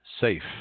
safe